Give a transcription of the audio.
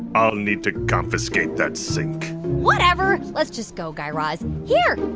i'll need to confiscate that sink whatever. let's just go, guy raz. here,